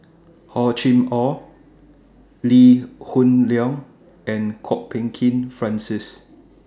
Hor Chim Or Lee Hoon Leong and Kwok Peng Kin Francis